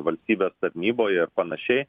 valstybės tarnyboje ir panašiai